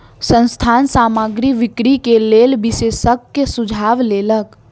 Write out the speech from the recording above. संस्थान सामग्री बिक्री के लेल विशेषज्ञक सुझाव लेलक